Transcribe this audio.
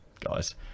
guys